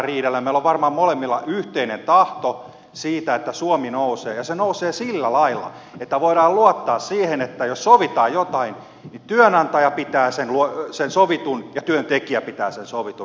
meillä on varmaan molemmilla yhteinen tahto siitä että suomi nousee ja se nousee sillä lailla että voidaan luottaa siihen että jos sovitaan jotain niin työnantaja pitää sen sovitun ja työntekijä pitää sen sovitun